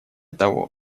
того